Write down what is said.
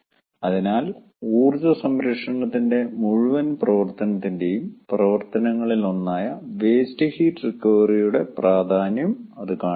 അതിനാൽ ഊർജ്ജ സംരക്ഷണത്തിന്റെ മുഴുവൻ പ്രവർത്തനത്തിന്റെയും പ്രവർത്തനങ്ങളിലൊന്നായ വേസ്റ്റ് ഹീറ്റ് റിക്കവറിയുടെ പ്രാധാന്യം അത് കാണിക്കുന്നു